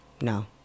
No